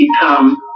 become